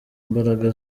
mbaraga